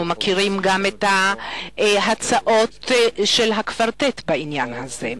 אנחנו מכירים גם את ההצעות של הקוורטט בעניין הזה.